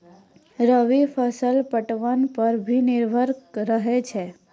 रवि फसल पटबन पर भी निर्भर रहै छै